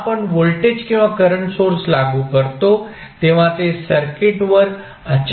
जेव्हा आपण व्होल्टेज किंवा करंट सोर्स लागू करता तेव्हा ते सर्किटवर अचानक लागू होतात